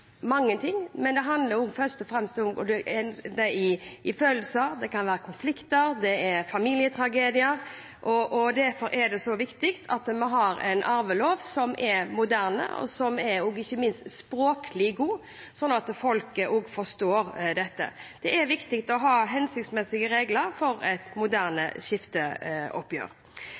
men det handler også om følelser – det kan være konflikter, familietragedier. Derfor er det så viktig at har vi har en arvelov som er moderne, og som ikke minst er språklig god, sånn at folk forstår dette. Det er viktig å ha hensiktsmessige regler for et moderne skifteoppgjør.